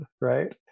Right